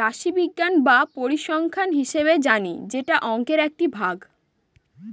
রাশিবিজ্ঞান বা পরিসংখ্যান হিসাবে জানি যেটা অংকের একটি ভাগ